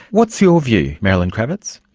what's your view, marilyn krawitz?